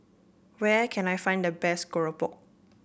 where can I find the best Keropok